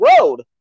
road